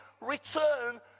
return